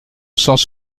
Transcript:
sans